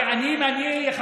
אם אני,